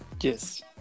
Yes